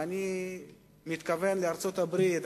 אני מתכוון לארצות-הברית,